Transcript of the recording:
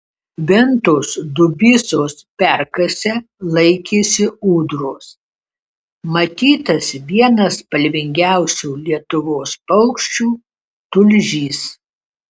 ventos dubysos perkase laikėsi ūdros matytas vienas spalvingiausių lietuvos paukščių tulžys